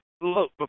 look